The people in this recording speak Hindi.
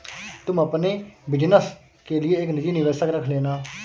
तुम अपने बिज़नस के लिए एक निजी निवेशक रख लेना